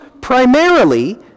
primarily